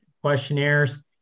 questionnaires